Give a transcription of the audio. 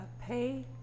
Pay